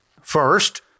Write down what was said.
First